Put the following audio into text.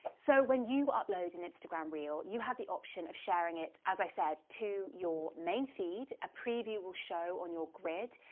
so when you upload an instagram reel you have the option of sharing it as i said to your main feed, a preview will show on your grid.